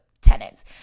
tenants